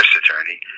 attorney